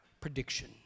prediction